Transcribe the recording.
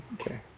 Okay